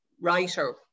writer